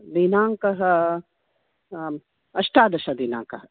दिनाङ्कः अष्टादशदिनाङ्कः